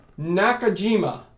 Nakajima